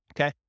Okay